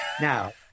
now